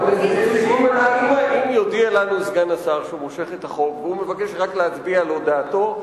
אם יודיע לנו סגן השר שהוא מושך את החוק והוא מבקש רק להצביע על הודעתו,